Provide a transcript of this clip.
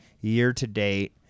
year-to-date